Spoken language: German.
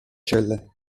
celle